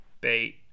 bait